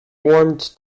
warmed